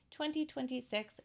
2026